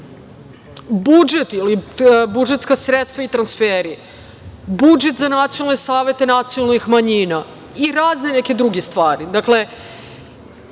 budžet, budžetska sredstva i transferi, budžet za nacionalne saveta nacionalnih manjina i razne neke druge stvari. Vi